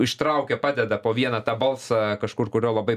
ištraukia padeda po vieną tą balsą kažkur kurio labai